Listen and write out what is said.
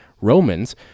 romans